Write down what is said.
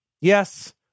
Yes